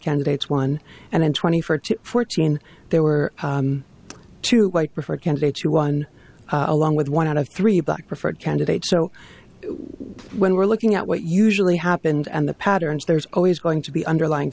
candidates won and in twenty four to fourteen there were two white preferred candidates you won along with one out of three black preferred candidate so when we're looking at what usually happened and the patterns there's always going to be underlying